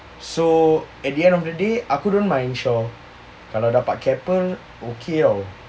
so at the end of the day aku don't mind shore kalau dapat keppel okay lor